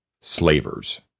slavers